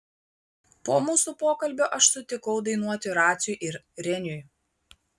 po mūsų pokalbio aš sutikau dainuoti raciui ir reniui